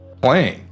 playing